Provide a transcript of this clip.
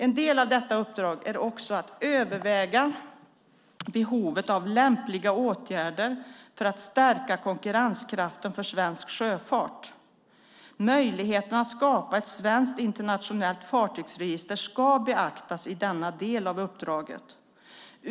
En del av detta uppdrag är också att överväga behovet av lämpliga åtgärder för att stärka konkurrenskraften för svensk sjöfart. Möjligheten att skapa ett svenskt internationellt fartygsregister ska beaktas i denna del av uppdraget.